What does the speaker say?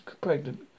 pregnant